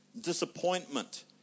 disappointment